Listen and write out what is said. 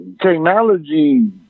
technology